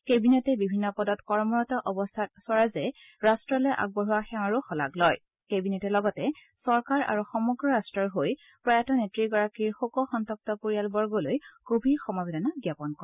কেবিনেটে লগতে বিভিন্ন পদত কৰ্মৰত অৱস্থাত স্বৰাজে ৰাট্টলৈ আগবঢ়োৱা সেৱাৰো শলাগ লয় কেবিনেটে লগতে চৰকাৰ আৰু সমগ্ৰ ৰাট্টৰ হৈ প্ৰয়াত নেত্ৰীগৰাকীৰ শোকসন্তপ্ত পৰিয়ালবৰ্গলৈ গভীৰ সমবেদনা জ্ঞাপন কৰে